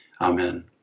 amen